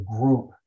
group